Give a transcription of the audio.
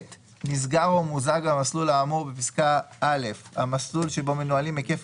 נסגר או מוזג המסלול האמור בפסקה (א) המסלול שבו מנוהלים היקף